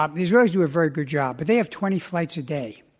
um the israelis do a very good job. but they have twenty flights a day.